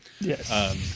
Yes